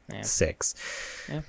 six